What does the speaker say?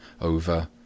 over